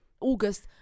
august